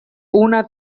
una